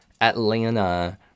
Atlanta